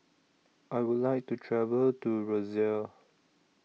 I Would like to travel to Roseau